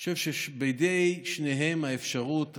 אני חושב שבידי שניהם האפשרות,